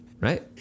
Right